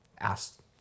Asked